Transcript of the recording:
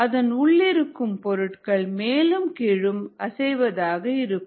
அதன் உள்ளிருக்கும் பொருட்கள் மேலும் கீழும் அசைவதாக இருக்கும்